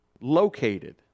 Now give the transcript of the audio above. located